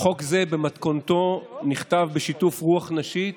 חוק זה במתכונתו נכתב בשיתוף רוח נשית